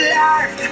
life